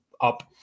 up